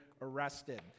arrested